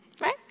Right